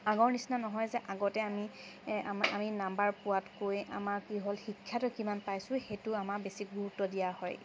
আগৰ নিচিনা নহয় যে আগতে আমি আমি নাম্বাৰ পোৱাতকৈ আমাৰ কি হ'ল শিক্ষাটো কিমান পাইছোঁ সেইটো আমাৰ বেছি গুৰুত্ব দিয়া হয়